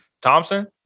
Thompson